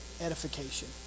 edification